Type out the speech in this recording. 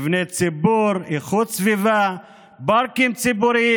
מבני ציבור,